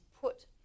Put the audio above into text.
put